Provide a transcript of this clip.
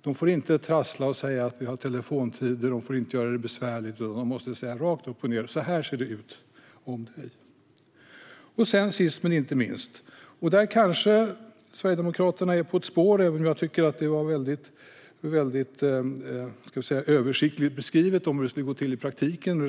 De får inte trassla och säga att de har telefontider eller på annat sätt göra det besvärligt, utan de måste rakt upp och ned tala om vilka uppgifter de har om dig. Sist men inte minst kanske Sverigedemokraterna är på rätt spår i sin reservation, men det är väldigt översiktligt beskrivet hur det i praktiken ska gå till att bli glömd.